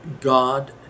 God